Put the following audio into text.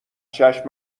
چشم